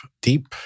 deep